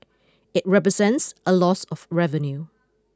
it represents a loss of revenue